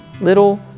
little